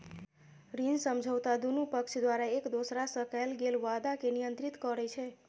ऋण समझौता दुनू पक्ष द्वारा एक दोसरा सं कैल गेल वादा कें नियंत्रित करै छै